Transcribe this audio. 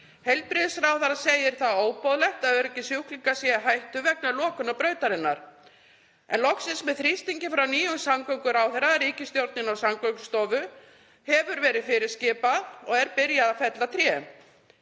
Heilbrigðisráðherra segir það óboðlegt að öryggi sjúklinga sé í hættu vegna lokunar brautarinnar. Loksins, með þrýstingi frá nýjum samgönguráðherra, ríkisstjórninni og Samgöngustofu, hefur verið fyrirskipað og er byrjað að fella trén.